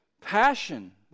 Passion